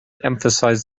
emphasized